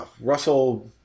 Russell